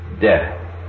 death